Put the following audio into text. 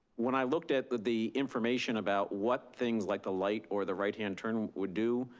when i looked at the the information about what things like the light or the right hand turn would do,